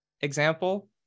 example